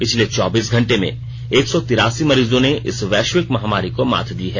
पिछले चौबीस घंटे में एक सौ तिरासी मरीजों ने इस वैश्विक महामारी को मात दी है